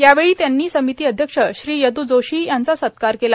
यावेळी त्यांनी समिती अध्यक्ष श्री यद जोशी यांचा सत्कार केला